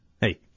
Hey